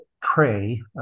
tray